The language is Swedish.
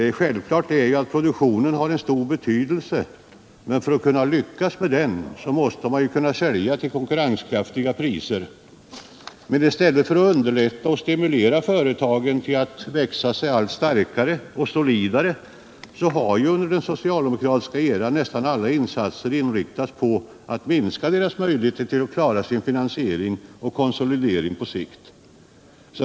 Självklart är att produktionen har en stor betydelse, men för att kunna lyckas med den måste man kunna sälja till konkurrenskraftiga priser. I stället för att underlätta för och stimulera företagen till att växa sig allt starkare och solidare har under den socialdemokratiska eran nästa alla insatser inriktats på att minska företagens möjligheter att klara sin finansiering och konsolidering på sikt.